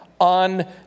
on